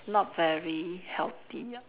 not very healthy ah